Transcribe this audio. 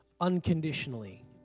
unconditionally